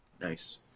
Nice